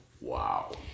Wow